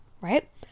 right